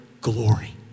glory